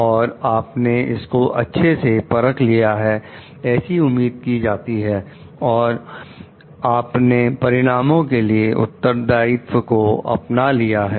और आपने इसको अच्छे से परख लिया है ऐसी उम्मीद की जाती है और आपने परिणाम के लिए उत्तरदायित्व को अपना लिया है